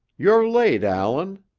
you're late, allan,